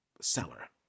seller